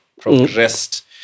progressed